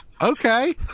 okay